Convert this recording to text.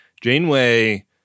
Janeway